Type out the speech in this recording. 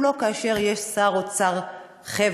אפילו לא כאשר יש שר אוצר חברתי.